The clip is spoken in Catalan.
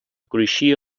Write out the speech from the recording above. cruixia